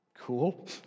Cool